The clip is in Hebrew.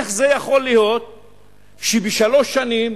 איך זה יכול להיות שבשלוש שנים